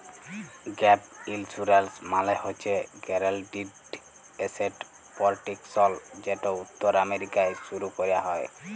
gap insurance মালে হছে guaranteed asset protection যেট উত্তর আমেরিকায় শুরু ক্যরা হ্যয়